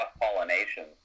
pollination